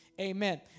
Amen